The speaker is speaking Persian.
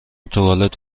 توالت